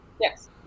Yes